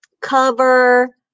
cover